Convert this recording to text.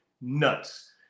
nuts